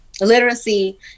literacy